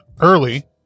early